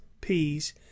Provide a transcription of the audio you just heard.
peas